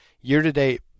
year-to-date